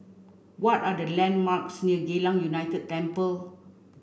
what are the landmarks near Geylang United Temple